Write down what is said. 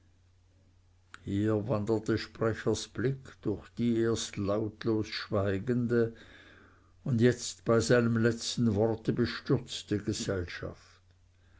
hier wanderte sprechers blick durch die erst lautlos schweigende und jetzt bei seinem letzten worte bestürzte gesellschaft